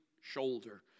shoulder